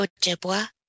Ojibwa